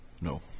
no